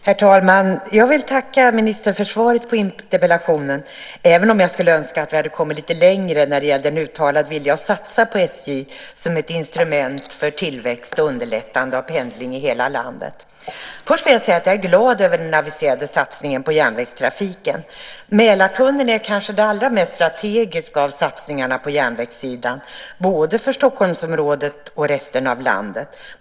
Herr talman! Jag vill tacka ministern för svaret på interpellationen, även om jag skulle ha önskat att vi hade kommit lite längre när det gäller en uttalad vilja att satsa på SJ som ett instrument för tillväxt och underlättande av pendling i hela landet. Först vill jag säga att jag är glad över den aviserade satsningen på järnvägstrafiken. Mälartunneln är kanske den allra mest strategiska av satsningarna på järnvägssidan, både för Stockholmsområdet och resten av landet.